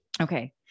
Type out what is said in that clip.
Okay